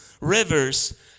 rivers